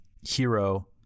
Hero